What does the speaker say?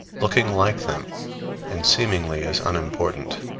looking like them and seemingly as unimportant.